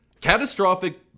Catastrophic